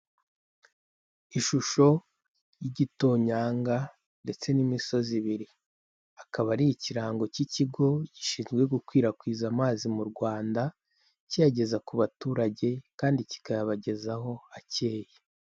Ishusho y'igitonyanga ndetse n'imisozi ibiri, akaba ari ikirango cy'ikigo gishinzwe gukwirakwiza amazi mu Rwanda, kiyageza ku baturage kandi kikayabagezaho akeye.